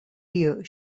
year